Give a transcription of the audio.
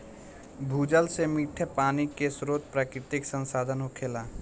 भूजल से मीठ पानी के स्रोत प्राकृतिक संसाधन होखेला